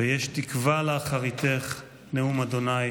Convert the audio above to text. "ויש תקוה לאחריתֵך נְאֻם ה'